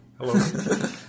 Hello